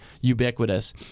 ubiquitous